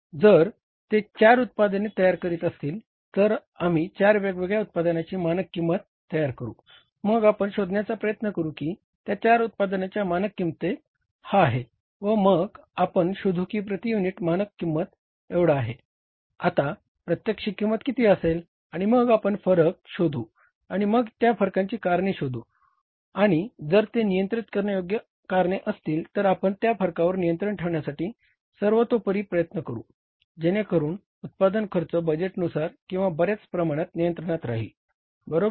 जर ते 4 उत्पादने तयार करीत असतील तर आम्ही चार वेगवेगळ्या उत्पादनांची मानक किंमत शोधू आणि मग त्या फरकांची कारणे शोधून काढू आणि जर ते नियंत्रित करण्यायोग्य कारणे असतील तर आपण त्या फरकांवर नियंत्रण ठेवण्यासाठी सर्वतोपरी प्रयत्न करू जेणेकरून उत्पादन खर्च बजेटनुसार किंवा बर्याच प्रमाणात नियंत्रणामध्ये राहील बरोबर